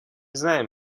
знаем